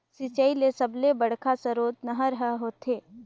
सिंचई बर सबले बड़का सरोत नहर ह होथे